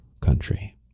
country